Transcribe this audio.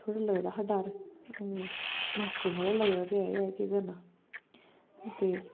थोह्ड़ा लगदा हा डर मास्टर कोला लगदा ते ऐ कि ऐ केह् करना ते